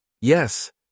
yes